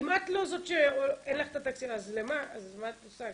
אם אין לך את התקציב, אז מה את עושה?